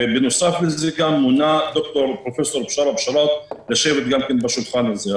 בנוסף לזה גם מונה פרופ' בשארה בשאראת לשבת גם בשולחן הזה.